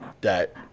that-